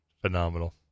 Phenomenal